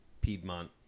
Piedmont